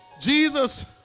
Jesus